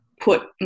put